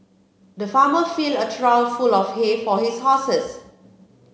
the farmer filled a trough full of hay for his horses